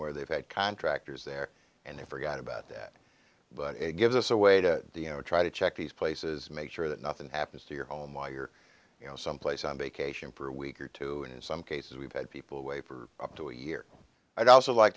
where they've had contractors there and they forgot about that but it gives us a way to you know try to check these places make sure that nothing happens to your home while you're you know someplace on vacation for a week or two and in some cases we've had people away for up to a year i'd also like